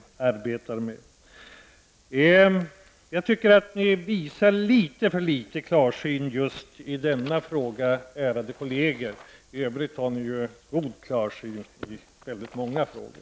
Jag tycker att ni visar litet för litet klarsyn just i denna fråga, ärade kollegor. I övrigt har ni ju god klarsyn i väldigt många frågor.